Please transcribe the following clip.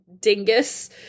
dingus